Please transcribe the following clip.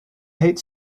hate